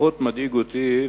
מדאיג אותי,